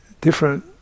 different